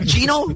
Gino